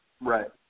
Right